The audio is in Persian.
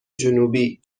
جنوبی